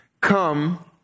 come